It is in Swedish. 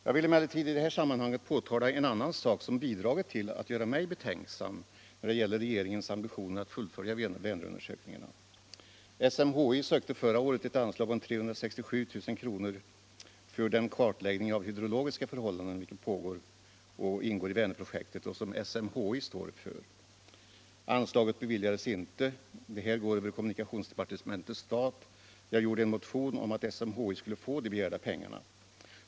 Jag vill emellertid i det här sammanhanget påtala en annan sak, som bidragit till att göra mig betänksam när det gäller regeringens ambitioner att fullfölja Vänerundersökningarna. SMHI sökte förra året ett anslag på 367 000 kr. för den kartläggning av hydrologiska förhållanden som ingår i Vänerprojektet och som SMHI står för. Anslaget beviljades inte. Pengarna skulle gå över kommunikationsdepartementets stat. Jag skrev därför en motion om att SMHI skulle få de begärda pengarna.